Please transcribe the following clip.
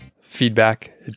feedback